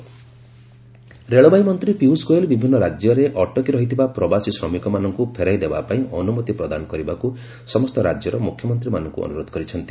railway special train ରେଳବାଇମନ୍ତ୍ରୀ ପିୟୁଷ ଗୋଏଲ୍ ବିଭିନ୍ନ ରାଜ୍ୟରେ ଅଟକି ରହିଥିବା ପ୍ରବାସୀ ଶ୍ରମିକମାନଙ୍କୁ ଫେରାଇଦେବା ପାଇଁ ଅନୁମତି ପ୍ରଦାନ କରିବାକୁ ସମସ୍ତ ରାଜ୍ୟର ମୁଖ୍ୟମନ୍ତ୍ରୀମାନଙ୍କୁ ଅନୁରୋଧ କରିଛନ୍ତି